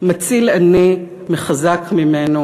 "מציל עני מחזק ממנו